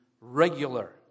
regular